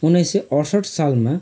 उन्नाइसय अठसट्ठी सालमा